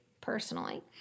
personally